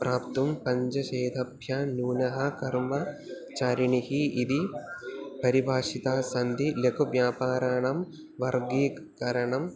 प्राप्तुं पञ्चशतेभ्यः नूनः कर्मचारिणः इति परिभाषितः सन्ति लघुव्यापाराणं वर्गीकरणं